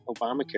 Obamacare